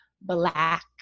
black